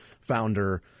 founder